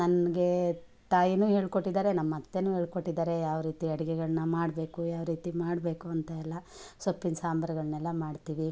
ನನಗೆ ತಾಯಿನು ಹೇಳ್ಕೊಟ್ಟಿದಾರೆ ನಮ್ಮ ಅತ್ತೆನು ಹೇಳ್ಕೊಟ್ಟಿದ್ದಾರೆ ಯಾವ ರೀತಿ ಅಡಿಗೆಗಳನ್ನ ಮಾಡಬೇಕು ಯಾವ ರೀತಿ ಮಾಡಬೇಕು ಅಂತ ಎಲ್ಲ ಸೊಪ್ಪಿನ ಸಾಂಬರ್ಗಳನ್ನೆಲ್ಲ ಮಾಡ್ತೀವಿ